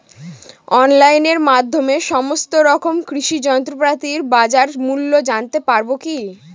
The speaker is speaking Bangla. অনলাইনের মাধ্যমে সমস্ত রকম কৃষি যন্ত্রপাতির বাজার মূল্য জানতে পারবো কি?